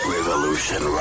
Revolution